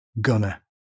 Gunner